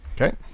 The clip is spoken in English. Okay